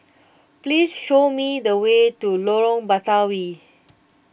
please show me the way to Lorong Batawi